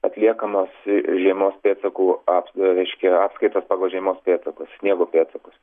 atliekamos žiemos pėdsakų ap reiškia apskaitos pagal žiemos pėdsakus sniego pėdsakus